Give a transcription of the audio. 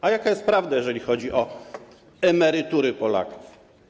A jaka jest prawda, jeżeli chodzi o emerytury Polaków?